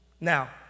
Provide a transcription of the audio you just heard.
Now